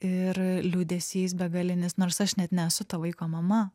ir liūdesys begalinis nors aš net nesu ta vaiko mama